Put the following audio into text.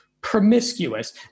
promiscuous